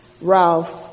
Ralph